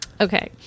Okay